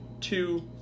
two